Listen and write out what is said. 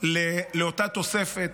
לאותה תוספת,